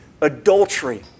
adultery